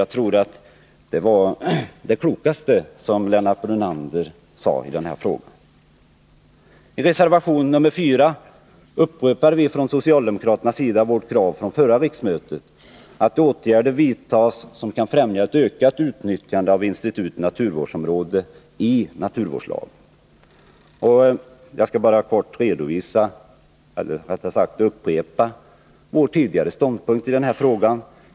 Jag tror att detta var det klokaste som Lennart Brunander sade i frågan. I reservation 4 upprepar vi på den socialdemokratiska sidan vårt krav från förra riksmötet, att åtgärder skall vidtas som kan främja ett ökat utnyttjande av institutet naturvårdsområde i naturvårdslagen. Jag skall bara helt kort redovisa — eller rättare sagt upprepa — vår tidigare ståndpunkt i den här frågan.